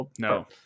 No